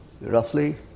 Roughly